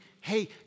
hey